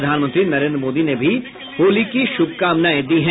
प्रधानमंत्री नरेन्द्र मोदी ने भी होली की शुभकामनाएं दी है